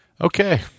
Okay